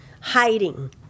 hiding